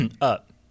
up